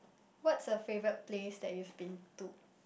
what's your favourite place that you've been to